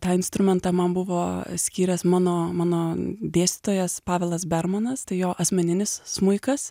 tą instrumentą man buvo skyręs mano mano dėstytojas pavelas bermanas tai jo asmeninis smuikas